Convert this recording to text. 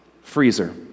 freezer